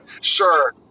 Sure